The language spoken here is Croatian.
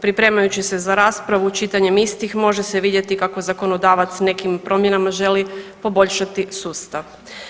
Pripremajući se za raspravu čitajući istih može se vidjeti kako zakonodavac nekim promjenama želi poboljšati sustav.